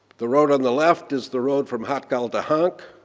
the road on the left is the road from hatgal to hankh.